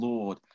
Lord